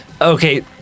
Okay